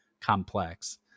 complex